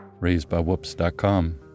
Raisedbywhoops.com